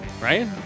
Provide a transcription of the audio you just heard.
Right